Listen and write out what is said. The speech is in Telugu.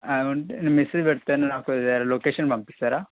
ఉంటే నేను మెసేజ్ పెడతాను నాకు జర లొకేషన్ పంపిస్తారా